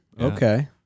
okay